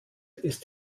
ist